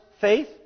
faith